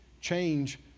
change